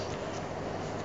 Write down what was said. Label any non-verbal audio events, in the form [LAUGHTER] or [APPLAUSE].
[BREATH]